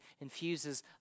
infuses